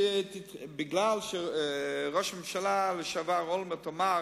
כי ראש הממשלה לשעבר אולמרט אמר